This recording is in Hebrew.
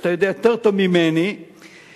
ואתה יודע יותר טוב ממני שהם,